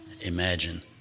imagine